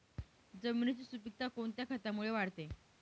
जमिनीची सुपिकता कोणत्या खतामुळे वाढते?